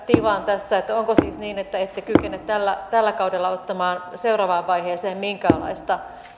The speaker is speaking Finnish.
tivaan tässä onko siis niin että ette kykene tällä tällä kaudella ottamaan seuraavaan vaiheeseen minkäänlaista